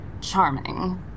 Charming